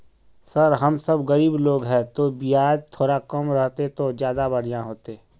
sir हम सब गरीब लोग है तो बियाज थोड़ा कम रहते तो ज्यदा बढ़िया होते